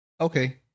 Okay